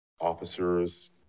officers